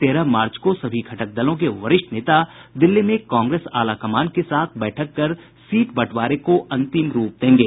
तेरह मार्च को सभी घटक दलों के वरिष्ठ नेता दिल्ली में कांग्रेस आलाकमान के साथ बैठक कर सीट बंटवारे को अंतिम रूप देंगे